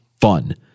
fun